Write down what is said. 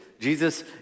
Jesus